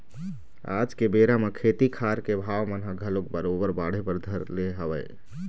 आज के बेरा म खेती खार के भाव मन ह घलोक बरोबर बाढ़े बर धर ले हवय